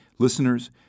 Listeners